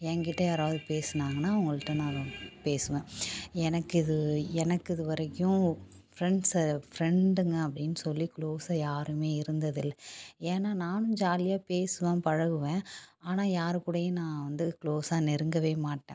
எங்கிட்ட யாராவது பேசினாங்கன்னா அவங்கள்ட்ட நான் பேசுவேன் எனக்கு இது எனக்கு இது வரைக்கும் ஃப்ரெண்ட்ஸ்ஸு ஃப்ரெண்டுங்கள் அப்படின்னு சொல்லி க்ளோஸ்ஸாக யாருமே இருந்தது இல்லை ஏன்னால் நானும் ஜாலியாக பேசுவேன் பழகுவேன் ஆனால் யார் கூடயும் நான் வந்து க்ளோஸ்ஸாக நெருங்கவே மாட்டேன்